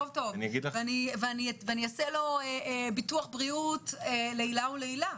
טוב-טוב ואני אעשה לו ביטוח בריאות לעילא ולעילא.